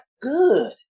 good